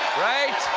right?